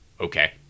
Okay